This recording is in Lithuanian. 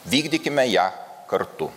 vykdykime ją kartu